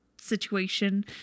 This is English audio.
situation